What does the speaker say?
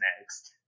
next